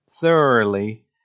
thoroughly